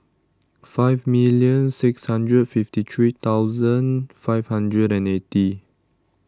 fifty million six hundred fifty three thousand five hundred and eighty